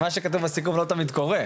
כי מה שכתוב בסיכום לא תמיד קורה.